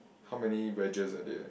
how many wedges at it